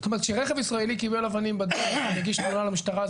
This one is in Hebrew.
אבל כשרכב ישראלי קיבל אבנים ומגיש תלונה למשטרה,